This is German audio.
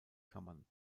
kammern